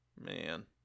Man